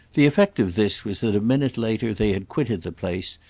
the effect of this was that a minute later they had quitted the place,